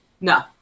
No